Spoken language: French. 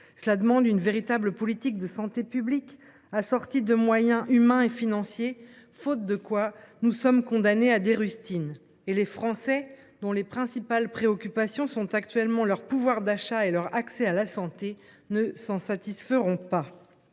Cela demande une véritable politique de santé publique assortie de moyens humains et financiers, faute de quoi nous sommes condamnés à appliquer des rustines. Et les Français, dont les principales préoccupations sont actuellement leur pouvoir d’achat et leur accès à la santé, ne s’en satisferont pas.